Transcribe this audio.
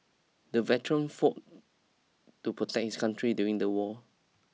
the veteran fought to protect his country during the war